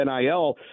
NIL